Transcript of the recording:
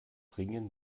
ringen